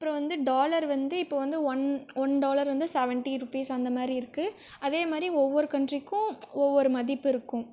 அப்றம் வந்து டாலர் வந்து இப்போ வந்து ஒன் ஒன் டாலர் வந்து சவென்டி ருபீஸ் அந்த மாதிரி இருக்குது அதே மாதிரி ஒவ்வொரு கண்ட்ரீக்கும் ஒவ்வொரு மதிப்பு இருக்கும்